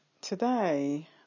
Today